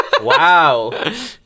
Wow